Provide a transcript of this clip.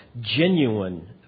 genuine